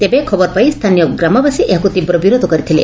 ତେବେ ଖବର ପାଇ ସ୍ତାନୀୟ ଗ୍ରାମବାସୀ ଏହାର ତୀବ୍ର ବିରୋଧ କରିଥିଲେ